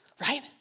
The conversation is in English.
right